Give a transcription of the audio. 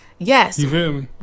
Yes